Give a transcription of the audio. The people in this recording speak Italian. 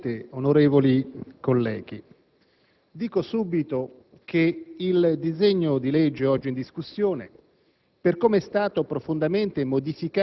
Signor Presidente, onorevoli colleghi, dico subito che il disegno di legge oggi in discussione,